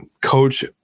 coach